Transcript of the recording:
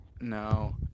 No